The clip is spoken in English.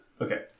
Okay